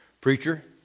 Preacher